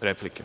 replike.